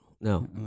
no